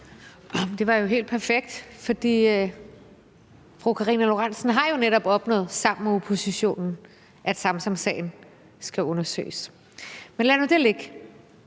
Det var jo helt perfekt, for fru Karina Lorentzen Dehnhardt har jo netop opnået sammen med oppositionen, at Samsamsagen skal undersøges. Men lad nu det ligge.